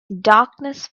darkness